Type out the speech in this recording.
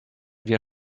wir